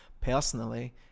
personally